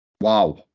wow